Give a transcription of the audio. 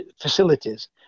facilities